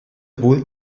wohl